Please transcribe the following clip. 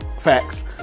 facts